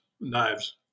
knives